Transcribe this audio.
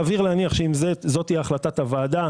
סביר להניח שאם זאת תהיה החלטת הוועדה,